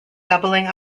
doubling